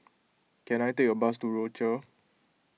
can I take a bus to Rochor